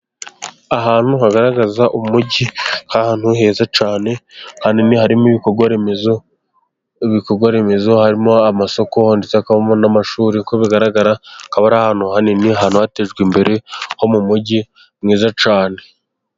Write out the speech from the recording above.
Ahantu hagaragaza umugi，ahantu heza cyane hanini，harimo ibikorwa remezo， ibikorwaremezo harimo amasoko， ndetse harimo n'amashuri， nk'uko bigaragara akaba ari ahantu hanini， ahantu hatejwe imbere ho mu mugi mwiza cyane.